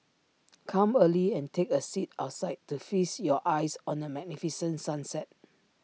come early and take A seat outside to feast your eyes on the magnificent sunset